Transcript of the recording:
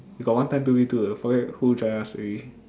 got one time two V two forget who join us already